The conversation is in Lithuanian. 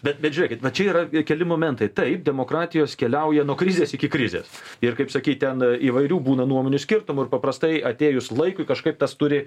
bet bet žiūrėkit va čia yra keli momentai taip demokratijos keliauja nuo krizės iki krizės ir kaip sakei ten įvairių būna nuomonių skirtumų ir paprastai atėjus laikui kažkaip tas turi